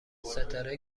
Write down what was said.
ستاره